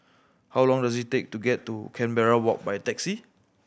how long does it take to get to Canberra Walk by taxi